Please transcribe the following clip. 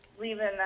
leaving